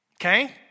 Okay